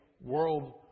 world